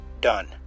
done